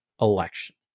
election